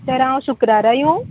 तर हांव शुक्रारा येवं